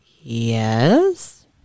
Yes